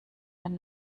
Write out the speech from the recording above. den